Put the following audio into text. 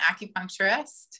acupuncturist